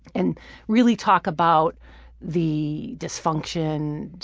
and really talk about the dysfunction.